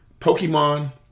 Pokemon